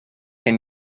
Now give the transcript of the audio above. can